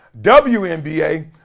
WNBA